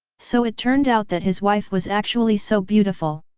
so it turned out that his wife was actually so beautiful!